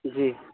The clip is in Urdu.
جی